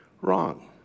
wrong